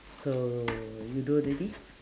so you do already